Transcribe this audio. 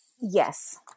Yes